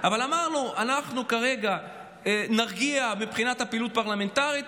אבל אמרנו שכרגע נרגיע מבחינת הפעילות הפרלמנטרית,